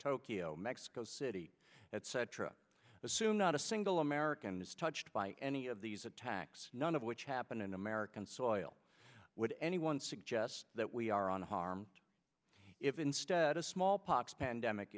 tokyo mexico city etc assume not a single american is touched by any of these attacks none of which happened in american soil would anyone suggest that we are on harm if instead of smallpox pandemic